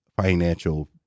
financial